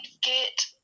get